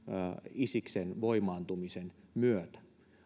isiksen voimaantumisen myötä